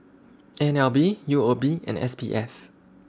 N L B U O B and S P F